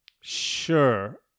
Sure